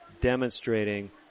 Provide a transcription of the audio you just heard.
demonstrating